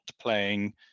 playing